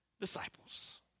disciples